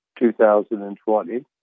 2020